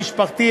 המשפחתי,